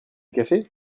café